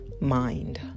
mind